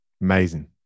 amazing